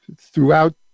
throughout